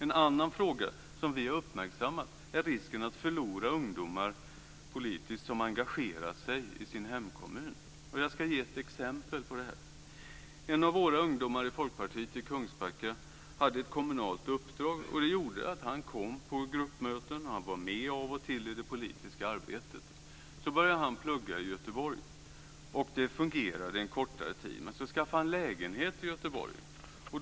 En annan fråga som vi uppmärksammat är risken att förlora ungdomar som har engagerat sig politiskt i sin hemkommun. Jag ska ge ett exempel på det. En av våra ungdomar i Folkpartiet i Kungsbacka hade ett kommunalt uppdrag. Det gjorde att han kom på gruppmöten och var med av och till i det politiska arbetet. Så började han plugga i Göteborg. Det fungerade en kortare tid. Men sedan skaffade han lägenhet i Göteborg.